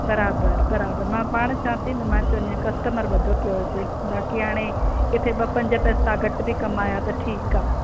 बराबरि बराबरि मां पाण चवां थी मां चयो न कस्टमर ॿधो पियो हुजे बाक़ी हाणे इते ॿ पंज पैसा घटि बि कमाया त ठीकु आहे